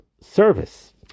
service